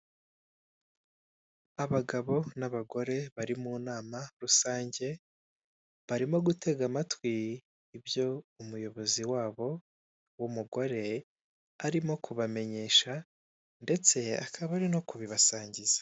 Abagabo n'abagore bari mu nama rusange barimo gutega amatwi ibyo umuyobozi wabo w'umugore arimo kubamenyesha ndetse akaba ari no kubibasangiza.